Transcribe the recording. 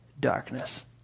Darkness